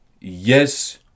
Yes